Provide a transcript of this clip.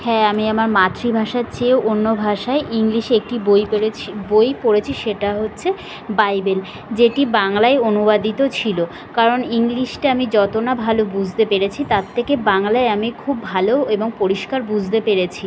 হ্যাঁ আমি আমার মাতৃভাষার চেয়েও অন্য ভাষায় ইংলিশে একটি বই পেড়েছি বই পড়েছি সেটা হচ্ছে বাইবেল যেটি বাংলায় অনুবাদিত ছিল কারণ ইংলিশটা আমি যত না ভালো বুঝতে পেরেছি তার থেকে বাংলায় আমি খুব ভালো এবং পরিষ্কার বুঝতে পেরেছি